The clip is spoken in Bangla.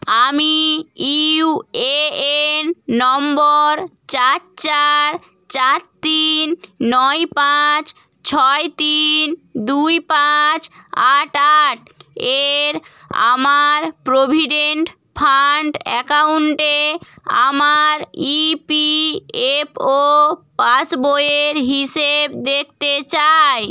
আমি ইউএএন নম্বর চার চার চার তিন নয় পাঁচ ছয় তিন দুই পাঁচ আট আট এর আমার প্রভিডেন্ট ফান্ড অ্যাকাউন্টে আমার ইপিএফও পাসবইয়ের হিসেব দেখতে চাই